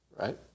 Right